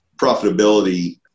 profitability